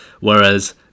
Whereas